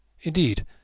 Indeed